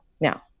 Now